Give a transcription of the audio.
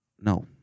no